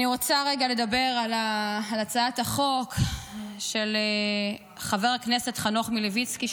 אני רוצה רגע לדבר על הצעת החוק של חבר הכנסת חנוך מלביצקי,